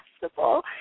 possible